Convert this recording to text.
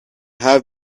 have